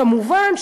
כמובן,